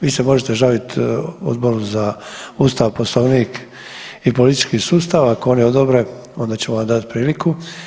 Vi se možete žalit Odboru za Ustav, Poslovnik i politički sustav, ako oni odobre onda ćemo vam dati priliku.